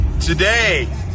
Today